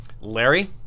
Larry